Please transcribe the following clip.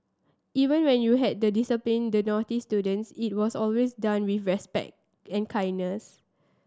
even when you had the discipline the naughty students it was always done with respect and kindness